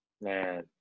Man